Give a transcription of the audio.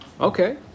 Okay